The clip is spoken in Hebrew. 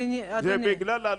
שלום לכולכם.